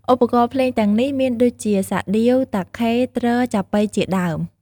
ឧបករណ៍ភ្លេងទាំងនេះមានដូចជា សាដៀវ តាខេ ទ្រ ចាប៉ី ជាដើម។